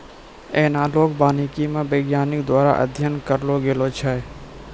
एनालाँक वानिकी मे वैज्ञानिक द्वारा अध्ययन करलो गेलो छै